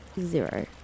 zero